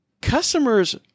customers